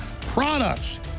products